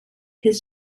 his